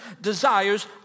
desires